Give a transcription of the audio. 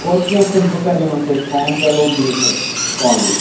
وَل کیٚنٛہہ چھُ نہٕ بہٕ کَر یِمن سۭتۍ فون چلو بِہِو خۄدایس حوال سلام علیکُم